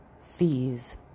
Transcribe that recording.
fees